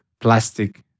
plastic